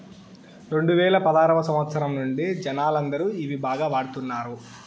రెండువేల పదారవ సంవచ్చరం నుండి జనాలందరూ ఇవి బాగా వాడుతున్నారు